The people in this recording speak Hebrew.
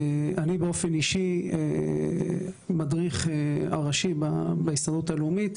אי אישית המדריך הראשי בהסתדרות הלאומית.